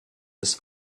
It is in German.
des